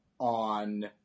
on